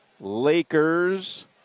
Lakers